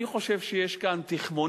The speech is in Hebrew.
אני חושב שיש כאן תכמונים,